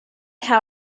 how